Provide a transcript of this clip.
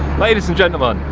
ladies and gentlemen.